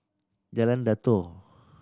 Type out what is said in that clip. Jalan Datoh